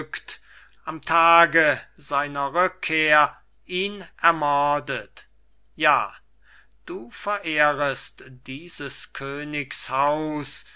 am tage seiner rückkehr ihn ermordet ja du verehrest dieses königs haus